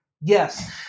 Yes